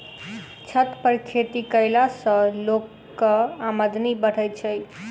छत पर खेती कयला सॅ लोकक आमदनी बढ़ैत छै